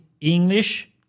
English